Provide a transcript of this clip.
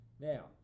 Now